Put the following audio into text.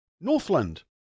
Northland